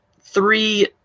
three